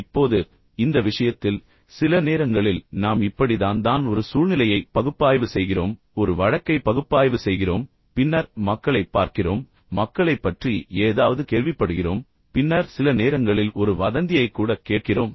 இப்போது இந்த விஷயத்தில் சில நேரங்களில் நாம் இப்படி தான் தான் ஒரு சூழ்நிலையை பகுப்பாய்வு செய்கிறோம் ஒரு வழக்கை பகுப்பாய்வு செய்கிறோம் பின்னர் மக்களைப் பார்க்கிறோம் மக்களைப் பற்றி ஏதாவது கேள்விப்படுகிறோம் பின்னர் சில நேரங்களில் ஒரு வதந்தியைக் கூட கேட்கிறோம்